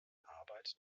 arbeit